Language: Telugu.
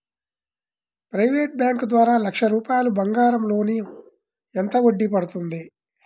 ప్రైవేట్ బ్యాంకు ద్వారా లక్ష రూపాయలు బంగారం లోన్ ఎంత వడ్డీ పడుతుంది?